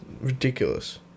ridiculous